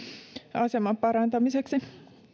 aseman parantamiseksi